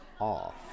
off